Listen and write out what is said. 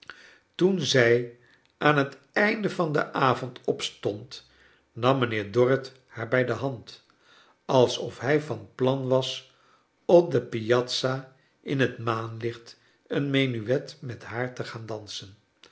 toen zij aan het einde van den avond opstond nam mijnheer dorrit haar bij de hand alsof hij van plan was op de piazza in het maanlicht een menuet met haar te gaan dansen